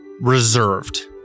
reserved